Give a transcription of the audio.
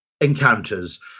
encounters